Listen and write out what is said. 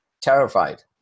terrified